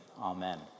Amen